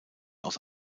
aus